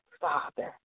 Father